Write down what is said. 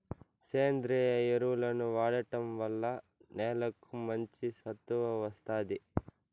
సేంద్రీయ ఎరువులను వాడటం వల్ల నేలకు మంచి సత్తువ వస్తాది